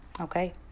Okay